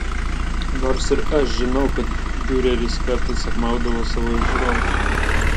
nors ir aš žinau kad diureris kartais apmaudavo savo žiūrovus